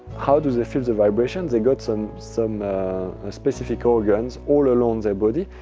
how do they feel the vibrations? they got some some ah specific organs all along their body,